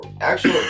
actual